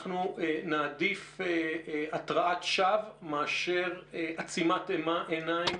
אנחנו נעדיף התראת שווא מאשר עצימת עיניים